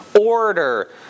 order